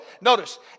notice